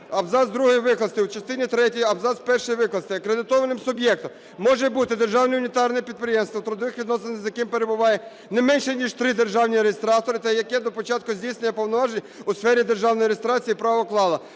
абзац другий викласти: "у частині третій: абзац перший викласти: "Акредитованим суб'єктом може бути держане унітарне підприємство, у трудових відносинах з яким перебуває не менше ніж три державні реєстратори та яке до початку здійснення повноважень у сфері державної реєстрації прав уклало:";